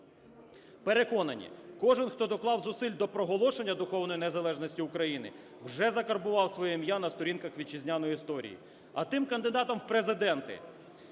Переконані, кожен, хто доклав зусиль до проголошення духовної незалежності України, уже закарбував своє ім'я на сторінках вітчизняної історії, а тим кандидатам в Президенти,